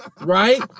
right